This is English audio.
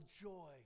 joy